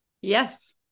Yes